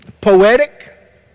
poetic